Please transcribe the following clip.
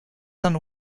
son